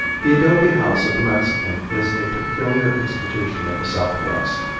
the adobe house of the mexican is a peculiar institution of the southwest.